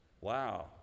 wow